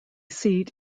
seat